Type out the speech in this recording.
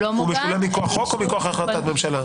הוא משולם מכוח חוק או מכוח החלטת ממשלה?